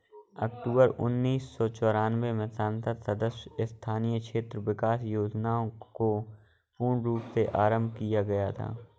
अक्टूबर उन्नीस सौ चौरानवे में संसद सदस्य स्थानीय क्षेत्र विकास योजना को पूर्ण रूप से आरम्भ किया गया था